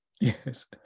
Yes